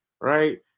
right